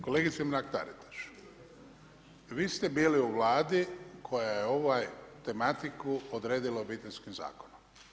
Kolegice Mrak-Taritaš, vi ste bili u Vladi koja je ovu tematiku odredila Obiteljskim zakonom.